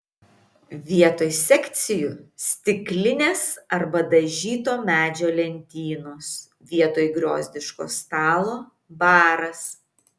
vietoj sekcijų stiklinės arba dažyto medžio lentynos vietoj griozdiško stalo baras